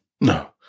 No